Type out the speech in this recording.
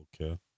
Okay